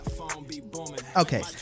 okay